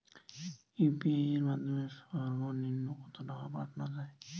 UPI এর মাধ্যমে সর্ব নিম্ন কত টাকা পাঠানো য়ায়?